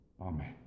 Amen